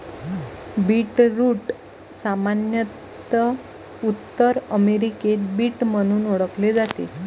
beetroot सामान्यत उत्तर अमेरिकेत बीट म्हणून ओळखले जाते